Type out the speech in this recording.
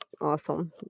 awesome